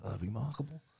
remarkable